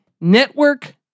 network